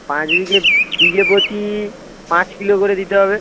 পাঁচ বিঘে বিঘে প্রতি পাঁচ কিলো করে দিতে হবে